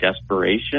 desperation